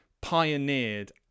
pioneered